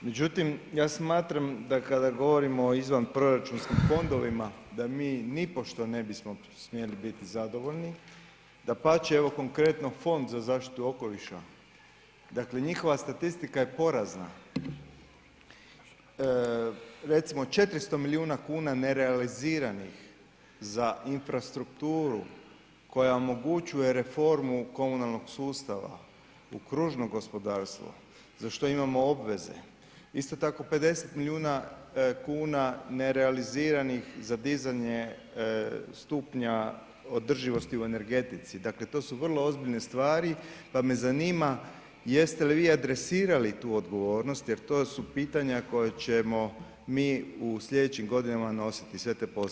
Međutim, ja smatram da kada govorimo o izvanproračunskim fondovima da mi nipošto ne bismo smjeli biti zadovoljni, dapače evo konkretno, Fond za zaštitu okoliša, dakle, njihova statistika je porazna, recimo 400 milijuna kuna nerealiziranih za infrastrukturu koja omogućuje reformu komunalnog sustava u kružno gospodarstvo za što imamo obveze, isto tako 50 milijuna kuna nerealiziranih za dizanje stupnja održivosti u energetici, dakle to su vrlo ozbiljne stvari, pa me zanima jeste li vi adresirali tu odgovornost jer to su pitanja koja ćemo mi u slijedećim godinama nositi sve te posljedice?